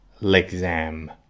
L'Exam